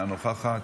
אינה נוכחת,